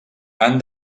han